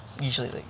Usually